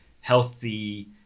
healthy